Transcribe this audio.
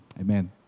amen